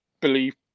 believe